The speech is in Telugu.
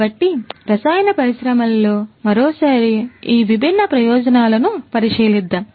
కాబట్టి రసాయన పరిశ్రమలో మరోసారి ఈ విభిన్న ప్రయోజనాలను పరిశీలిద్దాం